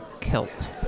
kilt